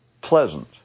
pleasant